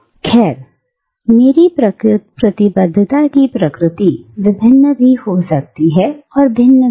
खैर मेरी प्रतिबद्धता की प्रकृति विभिन्न भी हो सकती है और भिन्न भी